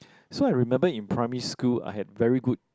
so I remember in primary school I had very good